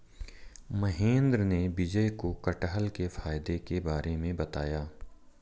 महेंद्र ने विजय को कठहल के फायदे के बारे में बताया